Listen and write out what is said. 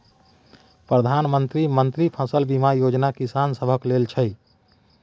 प्रधानमंत्री मन्त्री फसल बीमा योजना किसान सभक लेल छै